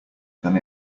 than